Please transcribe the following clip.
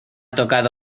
tocado